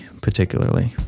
particularly